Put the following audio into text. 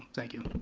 thank you.